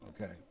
Okay